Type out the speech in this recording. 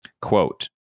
quote